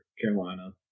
carolina